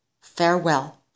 farewell